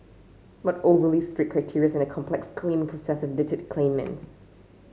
but overly strict criteria and a complex claiming process have deterred claimants